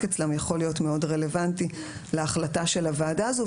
אצלם יכול להיות מאוד רלוונטי להחלטה של הוועדה הזו,